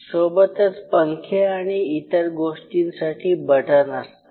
सोबतच पंखे आणि इतर गोष्टींसाठी बटन असतात